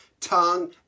tongue